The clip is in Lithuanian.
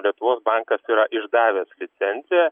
lietuvos bankas yra išdavęs licenciją